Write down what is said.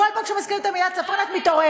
בכל פעם שמזכירים את המילה צפון את מתעוררת,